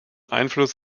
einfluss